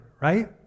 right